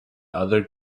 other